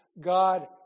God